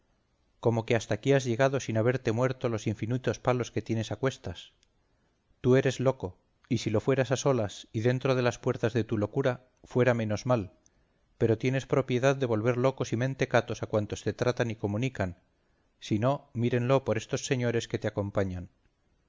cómo que hasta aquí has llegado sin haberte muerto los infinitos palos que tienes a cuestas tu eres loco y si lo fueras a solas y dentro de las puertas de tu locura fuera menos mal pero tienes propiedad de volver locos y mentecatos a cuantos te tratan y comunican si no mírenlo por estos señores que te acompañan